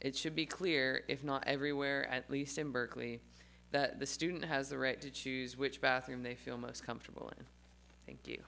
it should be clear if not everywhere at least in berkeley that the student has the right to choose which bathroom they feel most comfortable and thank you